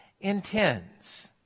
intends